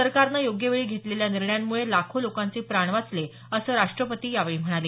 सरकारनं योग्य वेळी घेतलेल्या निर्णयांमुळे लाखो लोकांचे प्राण वाचले असं राष्ट्रपती म्हणाले